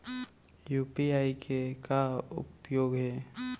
UPI के का उपयोग हे?